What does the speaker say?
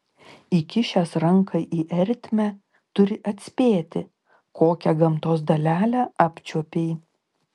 įkišęs ranką į ertmę turi atspėti kokią gamtos dalelę apčiuopei